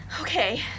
Okay